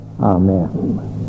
Amen